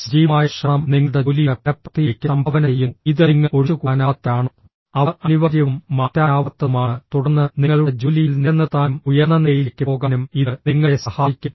സജീവമായ ശ്രവണം നിങ്ങളുടെ ജോലിയുടെ ഫലപ്രാപ്തിയിലേക്ക് സംഭാവന ചെയ്യുന്നു ഇത് നിങ്ങൾ ഒഴിച്ചുകൂടാനാവാത്തവരാണോ അവ അനിവാര്യവും മാറ്റാനാവാത്തതുമാണ് തുടർന്ന് നിങ്ങളുടെ ജോലിയിൽ നിലനിർത്താനും ഉയർന്ന നിലയിലേക്ക് പോകാനും ഇത് നിങ്ങളെ സഹായിക്കും